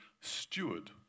steward